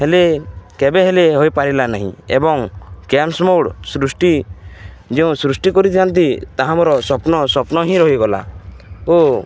ହେଲେ କେବେ ହେଲେ ହୋଇପାରିଲା ନାହିଁ ଏବଂ ଗେମ୍ସ ମୋଡ଼ ସୃଷ୍ଟି ଯେଉଁ ସୃଷ୍ଟି କରିଥାନ୍ତି ତାହା ମୋର ସ୍ୱପ୍ନ ସ୍ୱପ୍ନ ହିଁ ରହିଗଲା ଓ